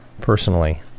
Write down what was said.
personally